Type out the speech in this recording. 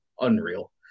unreal